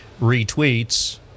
retweets